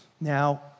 Now